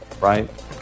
right